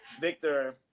Victor